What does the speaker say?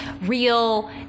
real